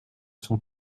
sont